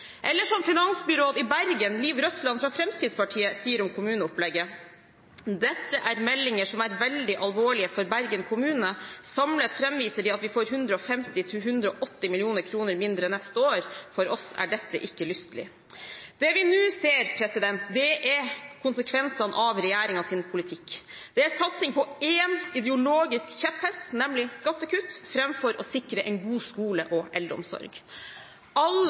Eller som finansbyråd i Bergen, Liv Røssland, fra Fremskrittspartiet, sier om kommuneopplegget: «Dette er meldinger som er veldig alvorlige for Bergen kommune, samlet fremviser de at vi får 150–180 millioner kroner mindre neste år. For oss er dette ikke lystelig.» Det vi nå ser, er konsekvensene av regjeringens politikk. Det er satsing på én ideologisk kjepphest, nemlig skattekutt, framfor å sikre en god skole og eldreomsorg.